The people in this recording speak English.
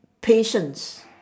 patience